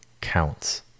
counts